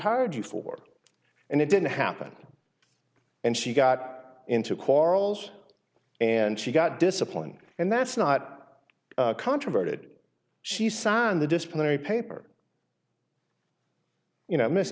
hired you for and it didn't happen and she got into quarrels and she got disciplined and that's not controverted she signed the disciplinary paper you know missed